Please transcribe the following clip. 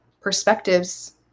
perspectives